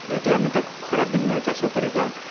ଯଦି ଆମେ ଖରା ଦିନରେ ଚାଷ କରିବା